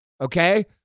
okay